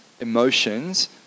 emotions